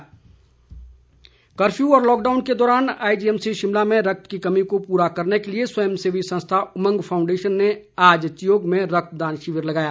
रक्तदान कर्फ्यू व लॉकडाउन के दौरान आईजीएमसी शिमला में रक्त की कमी को पूरा करने के लिए स्वंयसेवी संस्था उमंग फाउंडेशन ने आज चियोग में रक्तदान शिविर लगाया